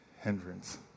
hindrance